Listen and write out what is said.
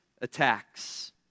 attacks